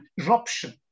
eruption